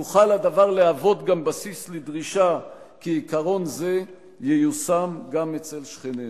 יוכל הדבר להוות גם בסיס לדרישה כי עיקרון זה ייושם גם אצל שכנינו.